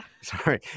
Sorry